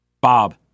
Bob